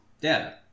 data